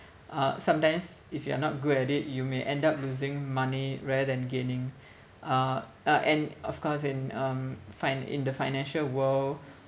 uh sometimes if you are not good at it you may end up losing money rather than gaining uh uh and of course in um fin~ in the financial world